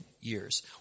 years